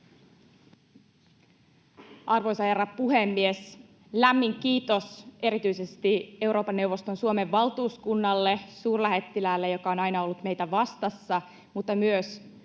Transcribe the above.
Arvoisa herra puhemies! Lämmin kiitos erityisesti Euroopan neuvoston Suomen valtuuskunnalle, suurlähettiläälle, joka on aina ollut meitä vastassa, mutta myös